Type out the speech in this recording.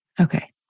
Okay